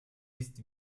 ist